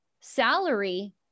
salary